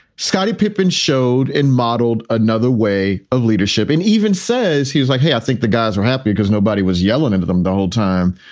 scottie pippen showed in modeled another way of leadership and even says he's like, hey, i think the guys are happy because nobody was yelling into them the whole time.